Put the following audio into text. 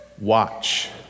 watch